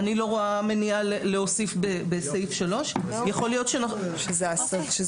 אני לא רואה מניעה להוסיף בסעיף 3. יכול להיות שאפשר